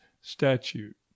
statute